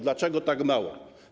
Dlaczego tak mało?